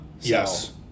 Yes